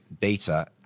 data